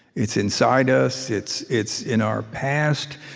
it's inside us. it's it's in our past.